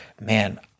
man